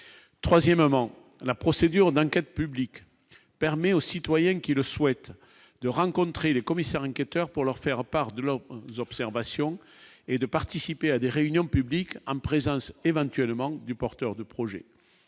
troisièmement, la procédure d'enquête publique permet aux citoyens qui le souhaitent de rencontrer les commissaires enquêteurs pour leur faire part de l'eau et de participer à des réunions publiques en présence éventuellement du porteur de projet,